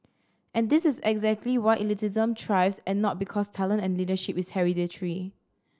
and this is exactly why elitism thrives and not because talent and leadership is hereditary